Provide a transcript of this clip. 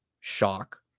shock